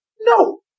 no